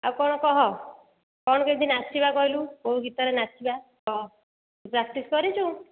ଆଉ କ'ଣ କହ କ'ଣ କେମିତି ନାଚିବା କହିଲୁ କେଉଁ ଗୀତରେ ନାଚିବା କହ ତୁ ପ୍ରାକ୍ଟିସ୍ କରିଛୁ